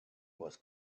was